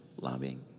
Lobbying